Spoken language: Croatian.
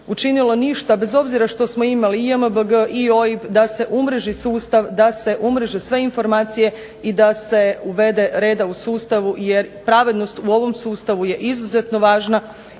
učinilo ništa bez obzira što smo imali i JMBG, i OIB, da se umreži sustav, da se umreže sve informacije i da se uvede reda u sustavu, jer pravednost u ovom sustavu je izuzetno važna